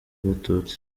abatutsi